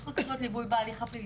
יש רכזות ליווי בהליך הפלילי,